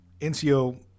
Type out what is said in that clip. NCO